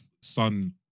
son